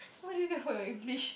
what do you get for your English